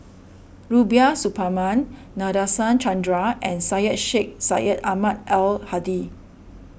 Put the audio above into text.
Rubiah Suparman Nadasen Chandra and Syed Sheikh Syed Ahmad Al Hadi